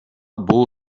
бул